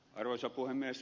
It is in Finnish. arvoisa puhemies